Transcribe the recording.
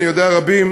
אני יודע על רבים